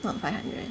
not five hundred